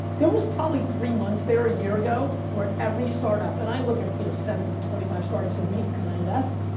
there was probably three months there a year ago, where every startup, and i look at you know seven to twenty five startups a week because i invest,